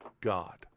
God